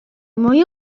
mwy